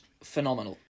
phenomenal